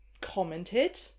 commented